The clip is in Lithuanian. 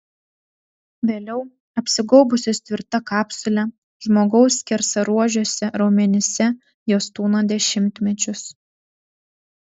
vėliau apsigaubusios tvirta kapsule žmogaus skersaruožiuose raumenyse jos tūno dešimtmečius